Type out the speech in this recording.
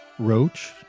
Roach